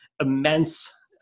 immense